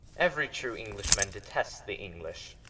every true englishman detests the english.